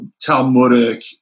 Talmudic